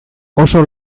oso